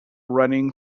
running